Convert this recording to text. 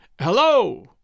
Hello